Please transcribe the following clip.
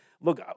look